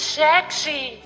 sexy